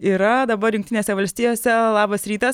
yra dabar jungtinėse valstijose labas rytas